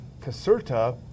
Caserta